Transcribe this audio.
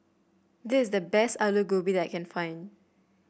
this is the best Aloo Gobi that I can find